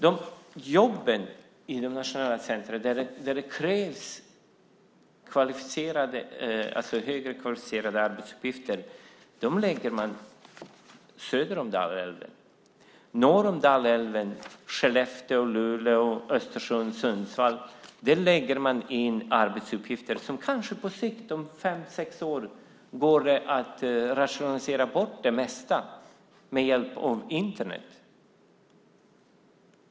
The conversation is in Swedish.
Jo, jobb på dessa nationella centrum som innebär högre kvalificerade arbetsuppgifter lägger man söder om Dalälven. Norr om Dalälven, i Skellefteå, Luleå, Östersund, Sundsvall, lägger man arbetsuppgifter som kanske på sikt, om fem sex år, går att rationalisera bort med hjälp av Internet.